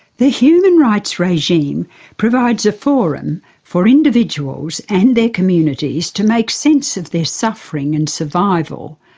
the human rights regime provides a forum for individuals and their communities to make sense of their suffering and survival,